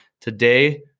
Today